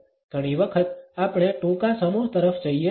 ઘણી વખત આપણે ટૂંકા સમૂહ તરફ જઈએ છીએ